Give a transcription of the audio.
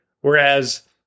Whereas